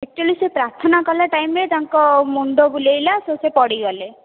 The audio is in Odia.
ଏକଚୁଲି ସିଏ ପ୍ରାର୍ଥନା କଲା ଟାଇମ୍ରେ ତାଙ୍କ ମୁଣ୍ଡ ବୁଲେଇଲା ତ ସେ ପଡ଼ିଗଲେ